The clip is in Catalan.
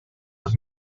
les